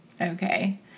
Okay